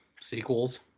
sequels